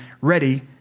ready